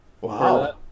Wow